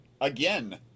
again